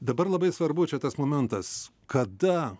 dabar labai svarbu čia tas momentas kada